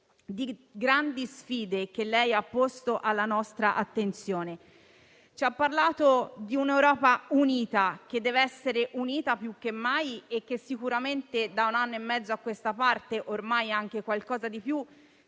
del Consiglio, ha posto alla nostra attenzione. Ci ha parlato di un'Europa che deve essere unita più che mai e che sicuramente da un anno e mezzo a questa parte - ormai anche qualcosa di più